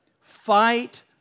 Fight